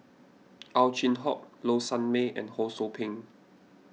Ow Chin Hock Low Sanmay and Ho Sou Ping